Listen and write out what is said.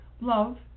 love